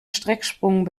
strecksprung